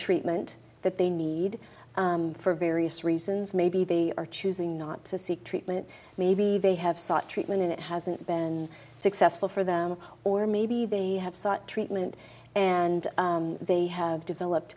treatment that they need for various reasons maybe they are choosing not to seek treatment maybe they have sought treatment and it hasn't been successful for them or maybe they have sought treatment and they have developed